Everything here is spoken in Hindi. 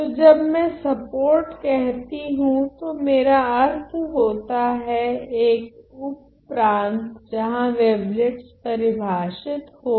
तो जब में सपोर्ट कहती हूँ तो मेरा अर्थ होता है एक उपप्रांत जहां वेवलेट्स परिभाषित हो